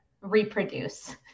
reproduce